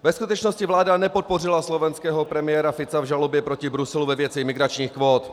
Ve skutečnosti vláda nepodpořila slovenského premiéra Fica v žalobě proti Bruselu ve věci migračních kvót.